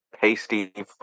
pasty